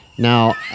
Now